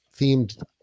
themed